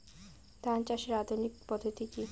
ধান চাষের আধুনিক পদ্ধতি কি?